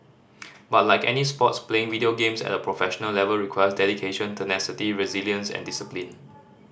but like any sports playing video games at a professional level requires dedication tenacity resilience and discipline